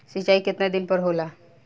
सिंचाई केतना दिन पर होला?